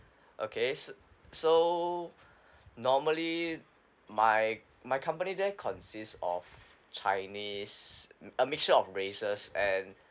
okay so so normally my my company there consists of chinese a mixture of races and